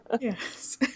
yes